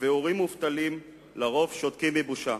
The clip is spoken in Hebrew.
והורים מובטלים על-פי רוב שותקים מבושה.